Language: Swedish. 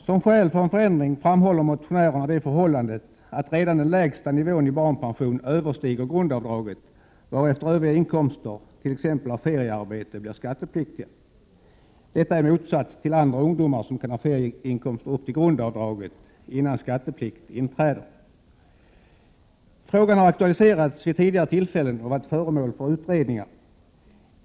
Som skäl för en förändring framhåller motionärerna det förhållandet att redan den lägsta nivån i barnpensionen överstiger grundavdraget, varefter övriga inkomster som dessa ungdomar får, t.ex. av feriearbete, blir skattepliktiga — detta i motsats till andra ungdomar som kan ha ferieinkomster upp till grundavdraget innan skatteplikt inträder. Frågan har aktualiserats vid tidigare tillfällen och varit föremål för utredning.